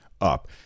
up